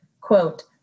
quote